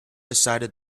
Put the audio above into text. decided